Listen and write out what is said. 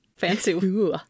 Fancy